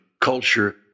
culture